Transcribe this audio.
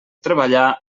treballar